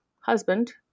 husband